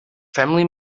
family